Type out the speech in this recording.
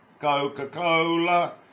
coca-cola